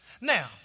Now